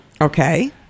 Okay